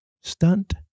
stunt